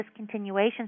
discontinuation